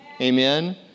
Amen